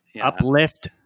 Uplift